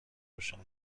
روشنی